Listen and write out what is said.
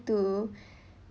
to be able to clean the